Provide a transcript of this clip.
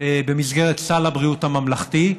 במסגרת סל הבריאות הממלכתי,